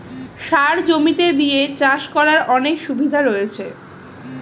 সার জমিতে দিয়ে চাষ করার অনেক রকমের সুবিধা আছে